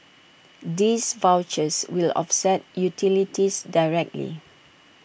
these vouchers will offset utilities directly